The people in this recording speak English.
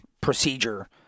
procedure